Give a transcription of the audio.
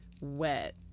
wet